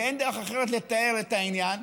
ואין דרך אחרת לתאר את העניין,